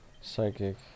psychic